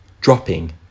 dropping